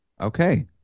Okay